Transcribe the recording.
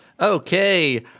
Okay